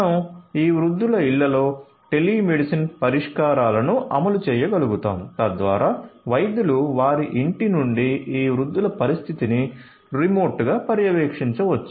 మనం ఈ వృద్ధుల ఇళ్లలో టెలిమెడిసిన్ పరిష్కారాలను అమలు చేయగలుగుతాo తద్వారా వైద్యులు వారి ఇంటి నుండి ఈ వృద్ధుల పరిస్థితిని రిమోట్గా పర్యవేక్షించవచ్చు